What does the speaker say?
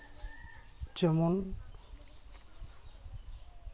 ᱡᱮᱢᱚᱱ